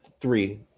three